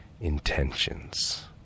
intentions